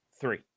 three